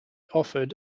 offered